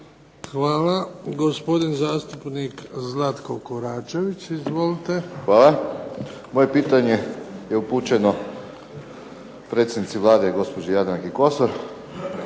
Hvala. Gospodin zastupnik Zlatko Koračević. Izvolite. **Koračević, Zlatko (HNS)** Hvala. Moje pitanje je upućeno predsjednici Vlade, gospođi Jadranki Kosor.